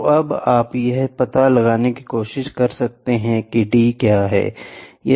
तो अब आप यह पता लगाने की कोशिश कर सकते हैं कि d क्या है